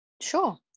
Sure